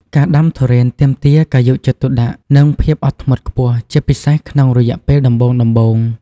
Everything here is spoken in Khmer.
ការដាំទុរេនទាមទារការយកចិត្តទុកដាក់ និងភាពអត់ធ្មត់ខ្ពស់ ជាពិសេសក្នុងរយៈពេលដំបូងៗ។